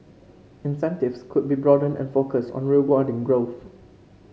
incentives could be broadened and focused on rewarding growth